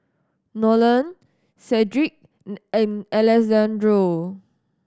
Nolen Cedrick and Alessandro